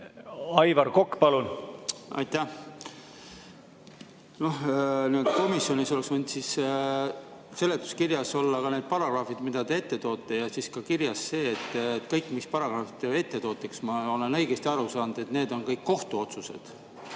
Aivar Kokk, palun! Aitäh! Komisjonis oleks võinud seletuskirjas olla ka need paragrahvid, mida te ette toote, ja siis ka kirjas see, et kõik, mis paragrahvid te ette toote. Kas ma olen õigesti aru saanud, et need on kõik kohtu otsused?